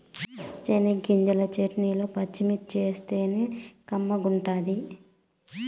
చెనగ్గింజల చెట్నీల పచ్చిమిర్చేస్తేనే కమ్మగుంటది